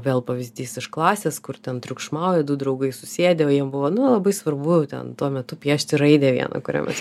vėl pavyzdys iš klasės kur ten triukšmauja du draugai susėdę o jiem buvo nu labai svarbu ten tuo metu piešti raidę vieną kurią mes